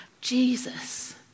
Jesus